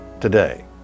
today